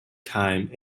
time